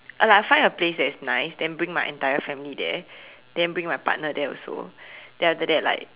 uh like I will find a place that is nice then bring my entire family there then bring my partner there also then after that like